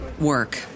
work